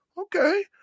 okay